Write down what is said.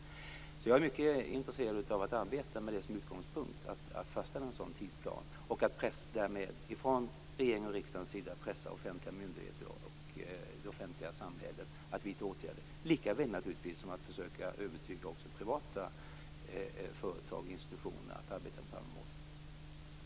Jag är alltså mycket intresserad av att arbeta med detta som utgångspunkt; att fastställa en sådan tidsplan och att därmed från regeringens och riksdagens sida pressa offentliga myndigheter och det offentliga samhället till att vidta åtgärder - lika väl naturligtvis som att också försöka övertyga privata företag och institutioner om att arbeta mot samma mål.